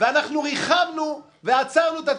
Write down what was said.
ואנחנו ריחמנו ועצרנו את התקיפות.